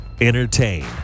entertain